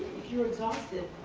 if you're exhausted,